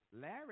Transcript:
Larry